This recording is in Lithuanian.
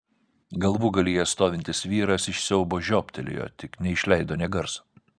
galvūgalyje stovintis vyras iš siaubo žiobtelėjo tik neišleido nė garso